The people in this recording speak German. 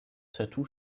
tattoo